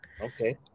Okay